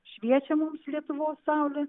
šviečia mums lietuvos saulė